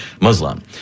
Muslim